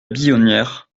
billonnière